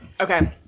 Okay